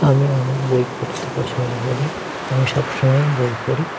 আমি অনেক বই পড়তে পছন্দ করি আমি সব সময়ই বই পড়ি